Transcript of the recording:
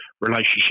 relationship